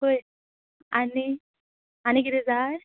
पळय आनी आनी किदें जाय